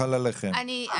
חל עליכם.